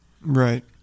Right